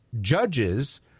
judges